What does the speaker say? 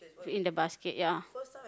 in the basket ya